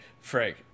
Frank